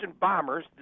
bombers